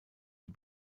die